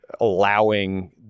allowing